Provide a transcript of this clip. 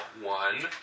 one